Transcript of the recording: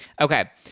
Okay